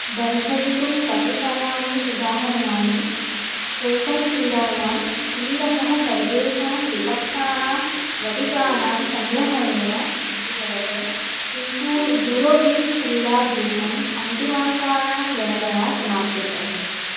दर्शयितुं कतिपयानि उदाहरणानि चेकर् क्रीडायां क्रीडकः सर्वेषां विपक्षाणां वटिकानां सङ्ग्रहणेन विजयते किन्तु यूरो गेम्स् क्रीडाभ्यूषम् अन्तिमाङ्गानां गणनया समाप्यते